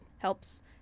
helps